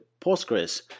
Postgres